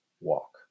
walk